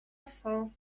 south